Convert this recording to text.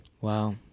Wow